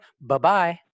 Bye-bye